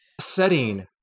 setting